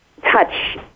touch